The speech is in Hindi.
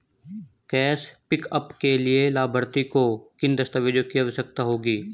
कैश पिकअप के लिए लाभार्थी को किन दस्तावेजों की आवश्यकता होगी?